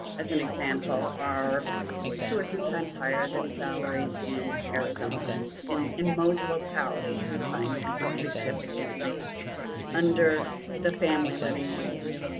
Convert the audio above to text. as an example, are two or three times higher than salaries in arizona and in most localities. we find teachers significantly under the family living wage.